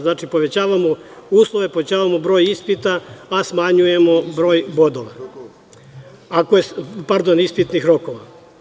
Znači, povećavamo uslove, povećavamo broj ispita, a smanjujemo broj bodova, odnosno ispitnih rokova.